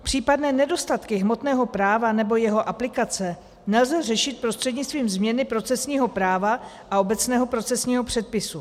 Případné nedostatky hmotného práva nebo jeho aplikace nelze řešit prostřednictvím změny procesního práva a obecného procesního předpisu.